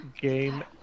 game